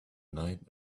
night